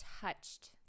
touched